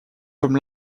comme